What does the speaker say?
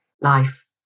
life